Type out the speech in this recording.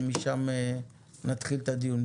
ומשם נתחיל את הדיון.